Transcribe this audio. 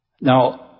Now